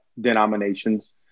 denominations